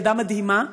ילדה מדהימה.